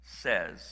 says